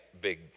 big